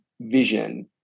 vision